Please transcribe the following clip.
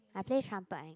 I play trumpet and